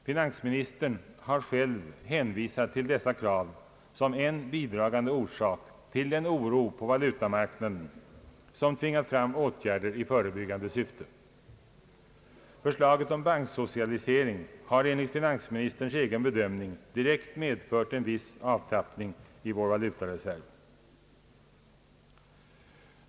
Finansministern har själv hänvisat till dessa krav som en bidragande orsak till den oro på valutamarknaden, som tvingat fram åtgärder i förebyggande syfte. Förslaget om banksocialisering har enligt finansministerns egen bedömning direkt medför" en viss avtappning i vår valutareserv.